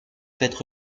fêtes